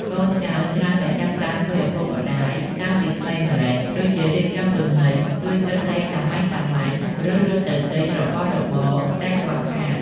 កូនចៅច្រើនតែចាប់ផ្តើមជួយឪពុកម្តាយតាំងពីក្មេងម្ល៉េះ ដូចជារៀបចំទំនិញ ជួយគិតលេខសាមញ្ញៗ ឬរត់ទៅទិញរបស់របរដែលខ្វះខាត។